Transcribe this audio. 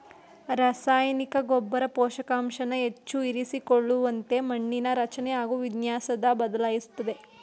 ರಸಾಯನಿಕ ಗೊಬ್ಬರ ಪೋಷಕಾಂಶನ ಹೆಚ್ಚು ಇರಿಸಿಕೊಳ್ಳುವಂತೆ ಮಣ್ಣಿನ ರಚನೆ ಹಾಗು ವಿನ್ಯಾಸನ ಬದಲಾಯಿಸ್ತದೆ